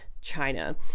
China